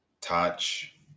touch